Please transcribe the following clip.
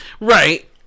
Right